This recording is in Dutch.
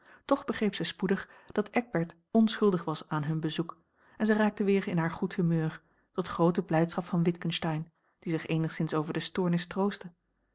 toch begreep zij spoedig dat eckbert onschuldig was aan hun bezoek en zij raakte weer in haar goed humeur tot groote blijdschap van witgensteyn die zich eenigszins over de stoornis troostte